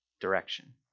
direction